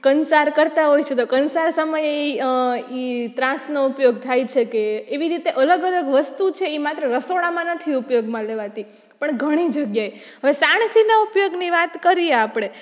કંસાર કરતાં હોય છે તો કંસાર સમયે ઈ ઈ ત્રાંસનો ઉપયોગ થાય છે કે એવી રીતે અલગ અલગ વસ્તુ છે ઈ માત્ર રસોડામાં નથી ઉપયોગમાં લેવાતી પણ ઘણી જગ્યાએ હવે સાણસીના ઉપયોગની વાત કરીએ આપણે